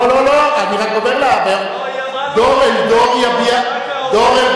לא, אני רק אומר לה, דור אל דור יביע אומר.